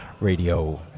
Radio